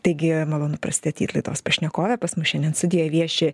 taigi malonu pristatyt laidos pašnekovė pas mus šiandien studijoj vieši